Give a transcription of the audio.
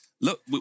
look